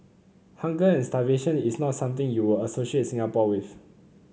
hunger and starvation is not something you would associate Singapore with